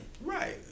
Right